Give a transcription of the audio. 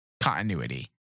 continuity